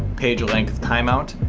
page length timeout,